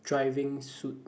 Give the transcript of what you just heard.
driving suit